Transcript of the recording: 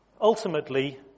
ultimately